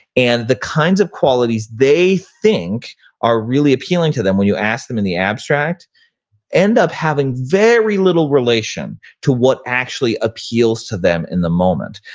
and the kinds of qualities they think are really appealing to them when you ask them in the abstract end up having very little relation to what actually appeals to them in the moment.